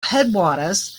headwaters